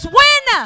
win